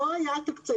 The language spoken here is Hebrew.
לא היה תקציב,